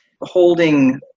holding